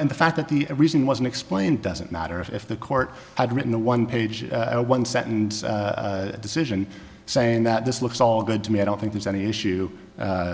and the fact that the reason wasn't explained doesn't matter if the court had written a one page one set and decision saying that this looks all good to me i don't think there's any issue